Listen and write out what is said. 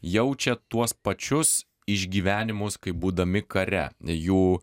jaučia tuos pačius išgyvenimus kai būdami kare jų